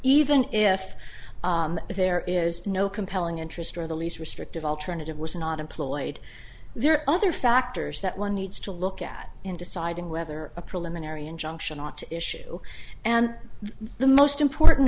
even if there is no compelling interest or the least restrictive alternative was not employed there are other factors that one needs to look at in deciding whether a preliminary injunction ought to issue and the most important